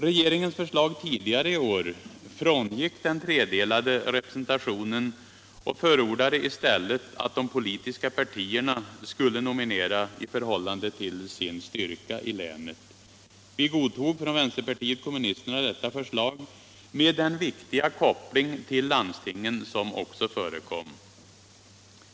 Regeringens förslag tidigare i år frångick den tredelade representationen och förordade i stället att de politiska partierna skulle nominera i förhållande till sin styrka i länet. Vi godtog från vänsterpartiet kommunisterna detta förslag med den viktiga koppling till landstingen som också förekom.